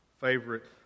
favorite